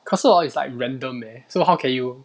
可是 hor it's like random leh so how can you